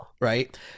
right